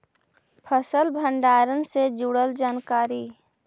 फसल भंडारन से जुड़ल जानकारी?